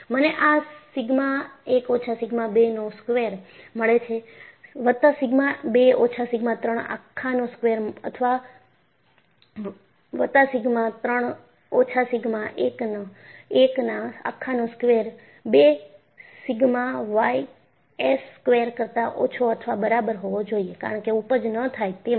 મને આ સિગ્મા 1 ઓછા સિગ્મા 2 નો સ્કેવેર મળે છે વત્તા સિગ્મા 2 ઓછા સિગ્મા 3 આખા નો સ્કેવેર વત્તા સિગ્મા 3 ઓછા સિગ્મા એક ના આખા નો square 2 sigma Y S square કરતા ઓછો અથવા બરાબર હોવો જોઈએ કારણ કે ઊપજ ન થાય તે માટે